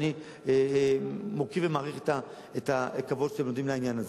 ואני מוקיר ומעריך את הכבוד שאתם נותנים לעניין הזה.